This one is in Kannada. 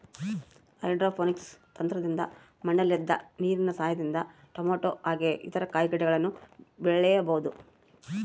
ಹೈಡ್ರೋಪೋನಿಕ್ಸ್ ತಂತ್ರದಿಂದ ಮಣ್ಣಿಲ್ದೆ ನೀರಿನ ಸಹಾಯದಿಂದ ಟೊಮೇಟೊ ಹಾಗೆ ಇತರ ಕಾಯಿಗಡ್ಡೆಗಳನ್ನ ಬೆಳಿಬೊದು